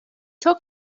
çok